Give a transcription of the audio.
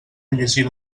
llegir